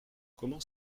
comment